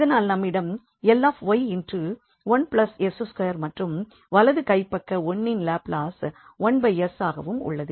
இதனால் நம்மிடம் 𝐿𝑦1 𝑠2 மற்றும் வலது கைப் பக்க 1 இன் லாப்லஸ் 1 𝑠 ஆகவும் உள்ளது